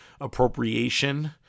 appropriation